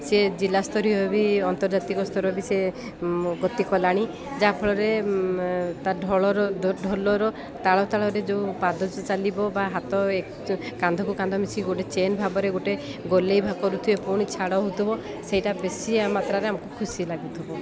ସେ ଜିଲ୍ଲା ସ୍ତରୀୟ ବି ଅନ୍ତର୍ଜାତିକ ସ୍ତର ବି ସେ ଗତି କଲାଣି ଯାହାଫଳରେ ତା ଢଳର ଢୋଲର ତାଳ ତାଳରେ ଯେଉଁ ପାଦଜ ଚାଲିବ ବା ହାତ ଏ କାନ୍ଧକୁ କାନ୍ଧ ମିଶିକି ଗୋଟେ ଚେନ୍ ଭାବରେ ଗୋଟେ ଗୋଲେଇ କରୁଥିବେ ପୁଣି ଛାଡ଼ ହଉଥିବ ସେଇଟା ବେଶୀ ଆ ମାତ୍ରାରେ ଆମକୁ ଖୁସି ଲାଗୁଥୁବ